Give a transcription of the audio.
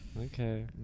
Okay